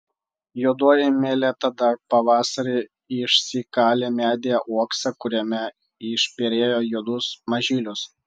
juodoji meleta dar pavasarį išsikalė medyje uoksą kuriame išperėjo juodus mažylius